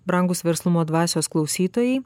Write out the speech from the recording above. brangūs verslumo dvasios klausytojai